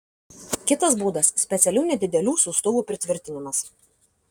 kitas būdas specialių nedidelių siųstuvų pritvirtinimas